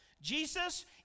Jesus